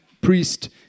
priest